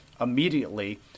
Immediately